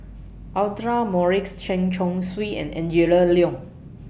Audra Morrice Chen Chong Swee and Angela Liong